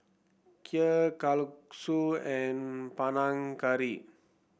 Kheer Kalguksu and Panang Curry